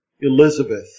Elizabeth